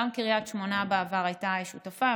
גם קריית שמונה בעבר הייתה שותפה,